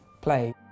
play